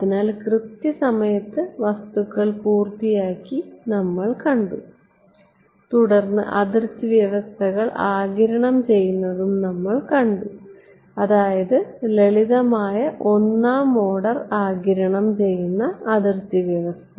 അതിനാൽ കൃത്യസമയത്ത് വസ്തുക്കൾ പൂർത്തിയാക്കിയതായി നമ്മൾ കണ്ടു തുടർന്ന് അതിർത്തി വ്യവസ്ഥകൾ ആഗിരണം ചെയ്യുന്നതും നമ്മൾ കണ്ടു അതായത് ലളിതമായ ഒന്നാം ഓർഡർ ആഗിരണം ചെയ്യുന്ന അതിർത്തി വ്യവസ്ഥ